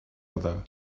other